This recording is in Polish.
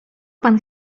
pan